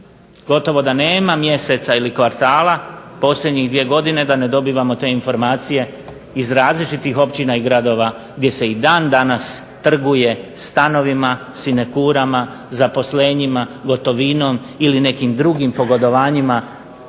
Gotovo da nema mjeseca ili kvartala u posljednjih 2 godine da ne dobivamo te informacije iz različitih općina i gradova gdje se i dan danas trguje stanovima, sinekurama, zaposlenjima, gotovinom ili nekim drugim pogodovanjima